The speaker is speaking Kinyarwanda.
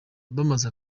bamaze